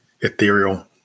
ethereal